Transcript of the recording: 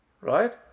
right